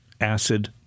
acid